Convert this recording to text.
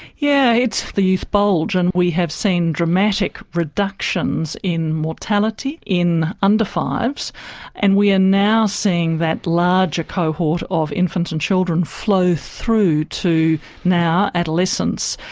yeah, it's the youth bulge and we have seen dramatic reductions in mortality in under five s and we are now seeing that larger cohort of infants and children flow through to now adolescence,